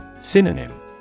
Synonym